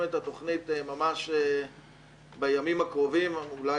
את התוכנית ממש בימים הקרובים אולי.